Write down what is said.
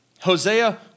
Hosea